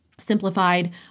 Simplified